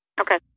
Okay